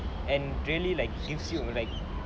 and really like gives you like